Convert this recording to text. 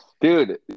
Dude